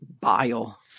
bile